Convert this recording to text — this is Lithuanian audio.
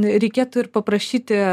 reikėtų ir paprašyti